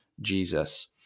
Jesus